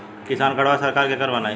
किसान कार्डवा सरकार केकर बनाई?